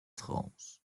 france